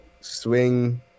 swing